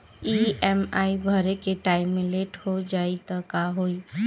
EMI भरे के time मे लेट हो जायी त का होई?